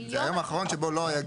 זה היום האחרון שבו לא היה גילוי.